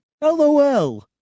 LOL